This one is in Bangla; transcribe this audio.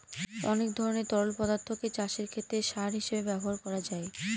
অনেক ধরনের তরল পদার্থকে চাষের ক্ষেতে সার হিসেবে ব্যবহার করা যায়